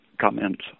comments